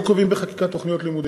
לא קובעים בחקיקה תוכניות לימודים,